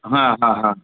हा हा हा